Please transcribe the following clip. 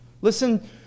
Listen